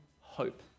hope